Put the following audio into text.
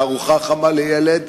בארוחה חמה לילד,